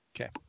Okay